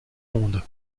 monde